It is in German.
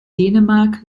dänemark